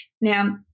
Now